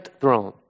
throne